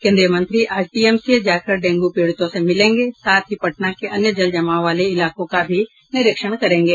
केन्द्रीय मंत्री आज पीएमसीएच जाकर डेंगू पीड़ितों से मिलेंगे साथ ही पटना के अन्य जल जमाव वाले इलाकों का भी निरीक्षण करेंगे